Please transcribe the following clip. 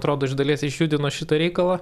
atrodo iš dalies išjudino šitą reikalą